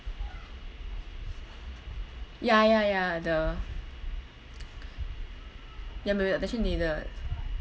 ya ya ya the ya maybe that she needed